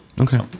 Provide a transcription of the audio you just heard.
okay